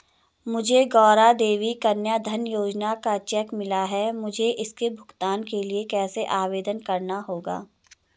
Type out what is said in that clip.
मुझे गौरा देवी कन्या धन योजना का चेक मिला है मुझे इसके भुगतान के लिए कैसे आवेदन करना होगा?